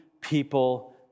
people